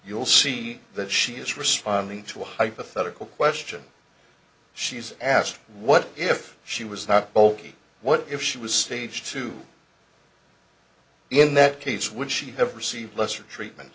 you'll see that she is responding to a hypothetical question she's asked what if she was not bulky what if she was stage two in that case would she have received lesser treatment